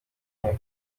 umwe